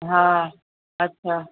हा अच्छा